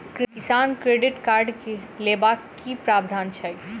किसान credit card लेबाक की प्रावधान छै?